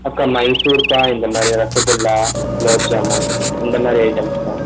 அக்கா மசூர்பா இந்த மாதிரி எதாச்சும் ரசகுல்லா குலோப்ஜாமூன் இந்த மாதிரி ஐட்டம்ஸ்லாம்